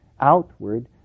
outward